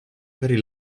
very